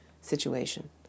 situation